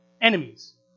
enemies